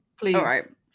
please